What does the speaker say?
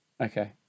okay